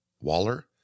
Waller